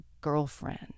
girlfriend